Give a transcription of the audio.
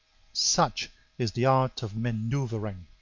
such is the art of maneuvering.